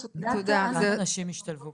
אוקיי תודה רבה מלי.